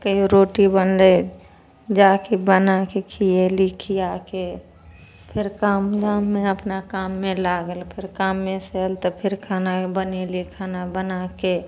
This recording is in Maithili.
कहियो रोटी बनलै जाके बनाके खिएली खियाके फेर काम धाममे अपना काममे लागल फेर काममे से आयल तऽ फेर खाना बनेली खाना बनाके